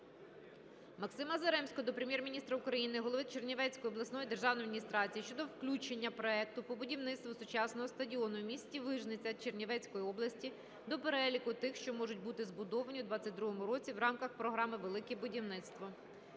Максима Заремського до Прем'єр-міністра України, голови Чернівецької обласної державної адміністрації щодо включення проекту по будівництву сучасного стадіону у місті Вижниця Чернівецької області до переліку тих, що можуть бути збудовані у 2022 році в рамках Програми "Велике будівництво".